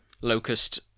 Locust